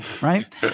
right